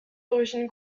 d’origine